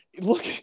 look